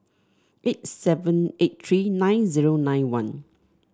eight seven eight three nine zero nine one